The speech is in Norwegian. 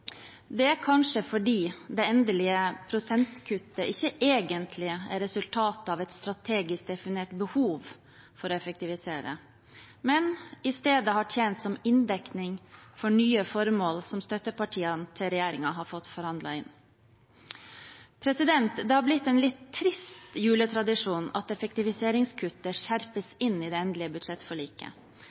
Det er kanskje fordi det endelige prosentkuttet ikke egentlig er resultatet av et strategisk definert behov for å effektivisere, men har i stedet tjent som inndekning for nye formål som støttepartiene til regjeringen har fått forhandlet inn. Det har blitt en litt trist juletradisjon at effektiviseringskutt skjerpes inn i det endelige budsjettforliket.